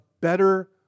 better